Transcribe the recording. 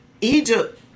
Egypt